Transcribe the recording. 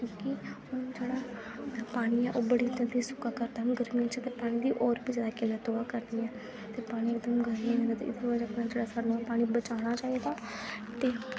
क्योंकी हून जेह्ड़ा पानी ऐ ओह् बड़ियें जगहां सुक्का करदा हून गर्मियें च ते पानी दी होर बी जैदा किल्लत होआ करनी ऐ ते पानी ते एह्दी वजह् कन्नै जेह्ड़ा सानूं पानी बचाना चाहिदा ते